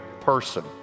person